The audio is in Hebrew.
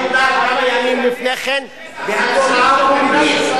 היא ניתנה כמה ימים לפני כן בהצהרה פומבית.